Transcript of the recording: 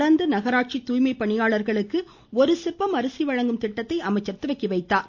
தொடா்ந்து நகராட்சி தூய்மை பணியாளா்களுக்கு ஒரு சிப்பம் அரிசி வழங்கும் திட்டத்தை அமைச்சர் தொடங்கி வைத்தார்